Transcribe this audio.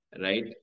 right